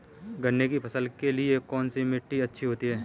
गन्ने की फसल के लिए कौनसी मिट्टी अच्छी होती है?